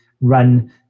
run